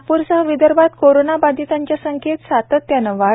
नागपूरसह विदर्भात कोरोंना बंधितांच्या संख्येत सातत्याने वाढ